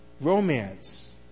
romance